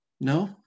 No